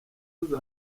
nizo